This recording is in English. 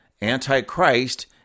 anti-Christ